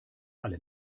alle